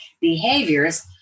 behaviors